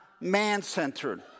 man-centered